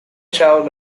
traveled